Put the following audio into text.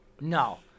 No